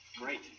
Great